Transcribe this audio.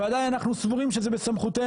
ועדיין אנחנו סבורים שזה בסמכותנו,